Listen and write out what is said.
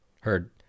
heard